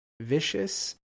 Vicious